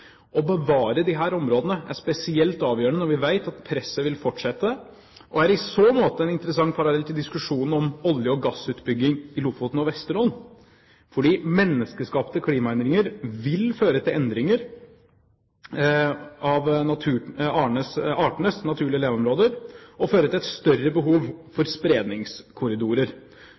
Å bevare disse områdene er spesielt avgjørende når vi vet at presset vil fortsette, og er i så måte en interessant parallell til diskusjonen om olje- og gassutbygging i Lofoten og Vesterålen, for menneskeskapte klimaendringer vil føre til endringer av artenes naturlige leveområder og føre til et større behov for spredningskorridorer.